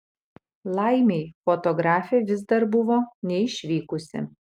laimei fotografė vis dar buvo neišvykusi